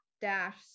dash